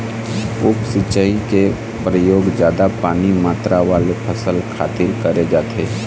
उप सिंचई के परयोग जादा पानी मातरा वाले फसल खातिर करे जाथे